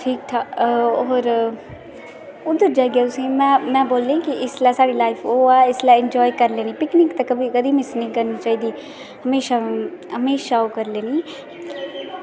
ठीक ठाक होर में बोलगी इसलै साढ़ी लाईफ ओह् ऐ इसलै एंजॉय करने दी पिकनिक ते कदें मिस निं करनी चाहिदी हमेशा ओह् करी लैनी